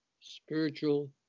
spiritual